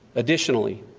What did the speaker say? additionally,